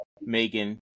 Megan